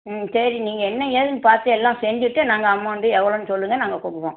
ம் சரி நீங்கள் என்ன ஏதுன்னு பார்த்து எல்லாம் செஞ்சுட்டு நாங்கள் அமௌண்ட்டு எவ்வளோன்னு சொல்லுங்கள் நாங்கள் கொடுக்குறோம்